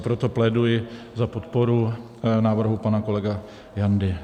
Proto pléduji za podporu návrhu pana kolegy Jandy.